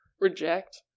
Reject